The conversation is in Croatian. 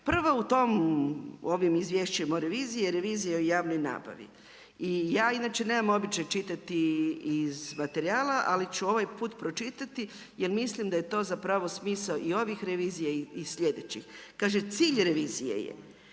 Prva u ovim izvješćima o reviziji, revizija o javnoj nabavi i ja inače nemam običaj čitati iz materijala, ali ću ovaj put pročitati jer mislim da je to zapravo smisao i ovih revizija i sljedećih. Kaže cilj revizije je